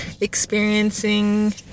experiencing